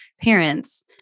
parents